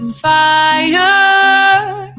fire